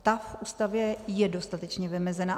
Ta v Ústavě je dostatečně vymezena.